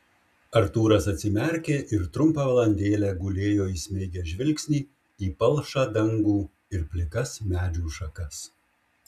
artūras atsimerkė ir trumpą valandėlę gulėjo įsmeigęs žvilgsnį į palšą dangų ir plikas medžių šakas